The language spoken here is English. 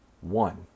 one